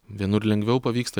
vienur lengviau pavyksta